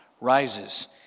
rises